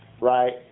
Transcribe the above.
right